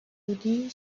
بودی